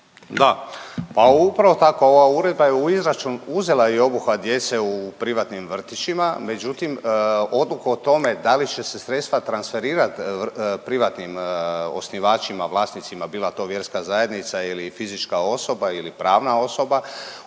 Da, pa upravo tako. Ova uredba je u izračun uzela i obuhvat djece u privatnim vrtićima, međutim odluku o tome da li će se sredstva transferirat privatnim osnivačima, vlasnicima bila to vjerska zajednica ili fizička osoba ili pravna osoba